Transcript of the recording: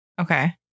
Okay